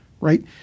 Right